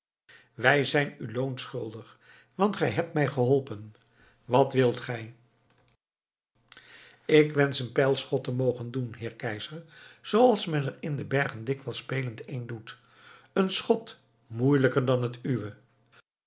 wij zijn u loon schuldig want gij hebt mij geholpen wat wilt gij ik wensch een pijlschot te mogen doen heer keizer zooals men er in de bergen dikwijls spelend een doet een schot moeielijker dan het uwe